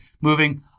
moving